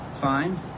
fine